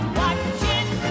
watching